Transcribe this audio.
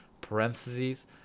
parentheses